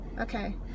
Okay